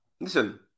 listen